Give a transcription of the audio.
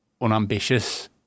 unambitious